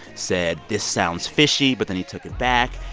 said this sounds fishy, but then he took it back.